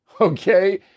okay